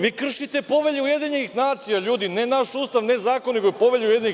Vi kršite Povelju UN, ljudi, ne naš Ustav, ne zakon, nego Povelju UN.